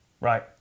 Right